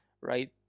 right